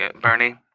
Bernie